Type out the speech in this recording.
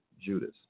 Judas